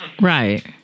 Right